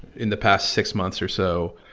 in the past six months or so,